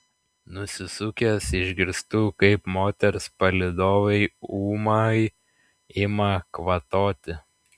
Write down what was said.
nusisukęs išgirstu kaip moters palydovai ūmai ima kvatoti